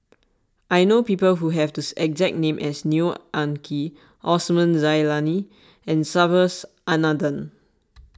I know people who have the exact name as Neo Anngee Osman Zailani and Subhas Anandan